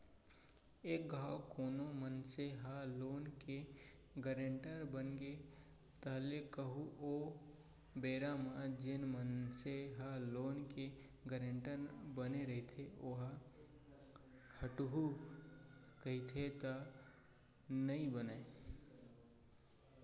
एक घांव कोनो मनसे ह लोन के गारेंटर बनगे ताहले कहूँ ओ बेरा म जेन मनसे ह लोन के गारेंटर बने रहिथे ओहा हटहू कहिथे त नइ बनय